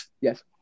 Yes